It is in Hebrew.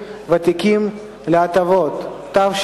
ועדה משותפת לכלכלה, כלכלה וקליטה?